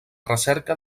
recerca